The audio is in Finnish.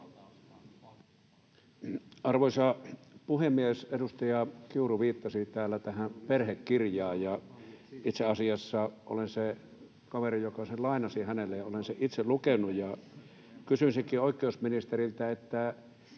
Arvoisa puhemies! Edustaja Kiuru viittasi täällä tähän Perhe-kirjaan, ja itse asiassa olen se kaveri, joka sen lainasi hänelle, ja olen sen itse lukenut. Kysyisinkin oikeusministeriltä, mikä